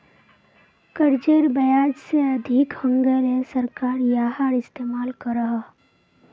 कर्जेर ब्याज से अधिक हैन्गेले सरकार याहार इस्तेमाल करोह